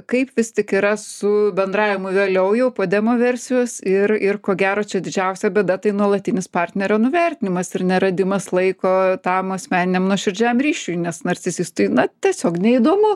kaip vis tik yra su bendravimu vėliau jau po demoversijos ir ir ko gero čia didžiausia bėda tai nuolatinis partnerio nuvertinimas ir neradimas laiko tam asmeniniam nuoširdžiam ryšiui nes narcisistui na tiesiog neįdomu